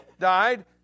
died